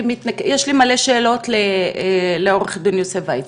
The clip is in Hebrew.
יש לי הרבה שאלות לעו"ד יוסף ויצמן.